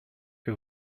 que